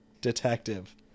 detective